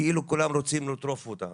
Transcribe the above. כאילו כולם רוצים לטרוף אותה,